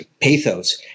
pathos